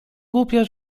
głupia